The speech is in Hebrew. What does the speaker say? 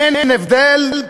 אין הבדל?